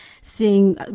seeing